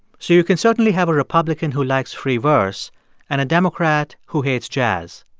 so you can certainly have a republican who likes free verse and a democrat who hates jazz.